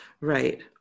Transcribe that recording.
Right